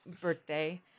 birthday